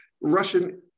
Russian